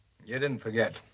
you didn't forget.